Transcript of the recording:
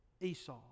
Esau